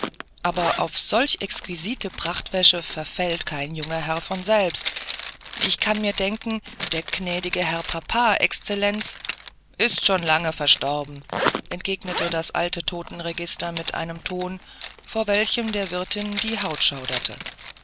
aber auf solche exquisite prachtwäsche verfällt kein junger herr von selbst ich kann mir denken der gnädige herr papa exzellenz ist schon lange verstorben entgegnete das alte totenregister mit einem ton vor welchem der wirtin die haut schauderte